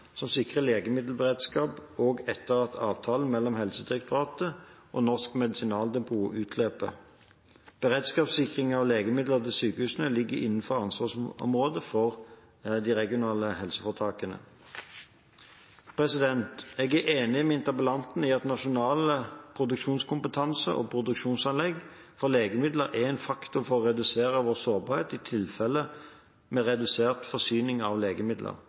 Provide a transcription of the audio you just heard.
som sikrer legemiddelberedskap også etter at avtalen mellom Helsedirektoratet og Norsk Medisinaldepot utløper. Beredskapssikring av legemidler til sykehusene ligger innenfor ansvarsområdet til de regionale helseforetakene. Jeg er enig med interpellanten i at nasjonal produksjonskompetanse og produksjonsanlegg for legemidler er en faktor for å redusere vår sårbarhet i tilfeller med redusert forsyning av legemidler.